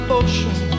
ocean